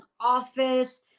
office